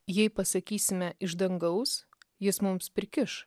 jei pasakysime iš dangaus jis mums prikiš